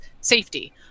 safety